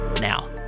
Now